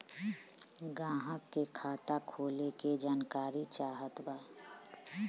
ग्राहक के खाता खोले के जानकारी चाहत बा?